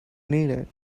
needed